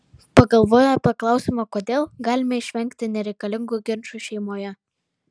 pagalvoję apie klausimą kodėl galime išvengti nereikalingų ginčų šeimoje